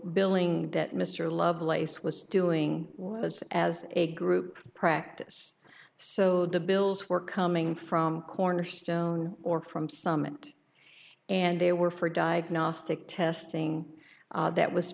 billing that mr lovelace was doing was as a group practice so the bills were coming from cornerstone or from some meant and they were for diagnostic testing that was